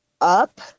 up